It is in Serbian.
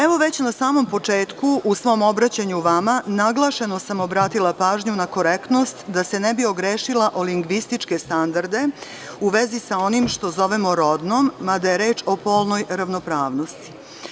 Evo, već na samom početku u svom obraćanju vama naglašeno sam obratila pažnju na korektnost, da se ne bih ogrešila o lingvističke standarde u vezi sa onim što zovemo rodnom, mada je reč o polnoj ravnopravnosti.